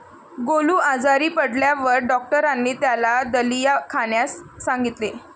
गोलू आजारी पडल्यावर डॉक्टरांनी त्याला दलिया खाण्यास सांगितले